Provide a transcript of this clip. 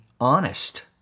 honest